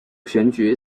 选举